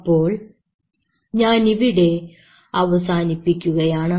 അപ്പോൾ ഞാൻ ഇവിടെ അവസാനിപ്പിക്കുകയാണ്